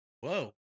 Whoa